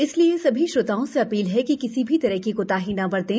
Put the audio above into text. इसलिए सभी श्रोताओं से अपील है कि किसी भी तरह की कोताही न बरतें